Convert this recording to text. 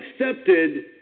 accepted